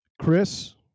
chris